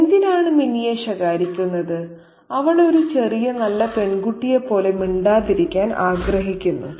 എന്തിനാണ് മിനിയെ ശകാരിക്കുന്നത് അവൾ ഒരു ചെറിയ നല്ല പെൺകുട്ടിയെപ്പോലെ മിണ്ടാതിരിക്കാൻ ആഗ്രഹിക്കുന്നു